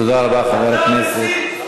תודה רבה, חבר הכנסת.